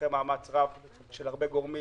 לאחר מאמץ רב של הרבה גורמים,